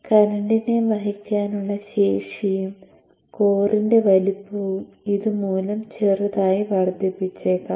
കറന്റിനെ വഹിക്കാനുള്ള ശേഷിയും കോറിന്റെ വലുപ്പവും ഇതുമൂലം ചെറുതായി വർദ്ധിച്ചേക്കാം